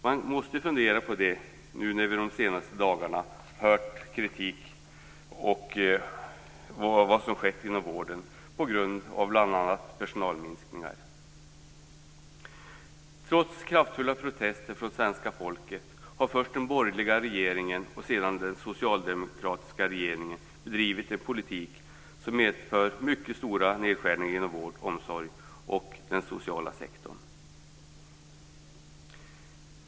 Man måste fundera över det nu när vi de senaste dagarna hört kritik av vad som skett inom vården på grund av bl.a. personalminskningar. Trots kraftfulla protester från svenska folket har först den borgerliga och sedan den socialdemokratiska regeringen bedrivit en politik som medfört mycket stora nedskärningar inom vård, omsorg och den sociala sektorn.